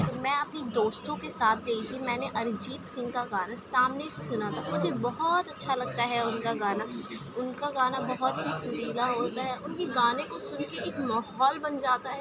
تو میں اپنی دوستوں کے ساتھ گئی تھی میں نے ارجیت سنگھ کا گانا سامنے سے سنا تھا مجھے بہت اچّھا لگتا ہے ان کا گانا ان کا گانا بہت ہی سریلا ہوتا ہے ان کے گانے کو سن کے ایک ماحول بن جاتا ہے